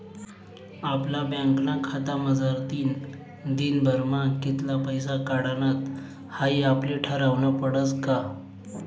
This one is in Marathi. आपला बँकना खातामझारतीन दिनभरमा कित्ला पैसा काढानात हाई आपले ठरावनं पडस का